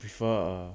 prefer a